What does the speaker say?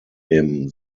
dem